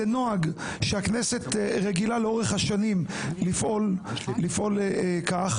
זה נוהג שהכנסת רגילה לאורך השנים לפעול כך.